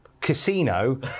casino